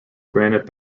granite